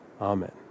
Amen